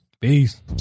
Peace